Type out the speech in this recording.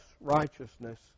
righteousness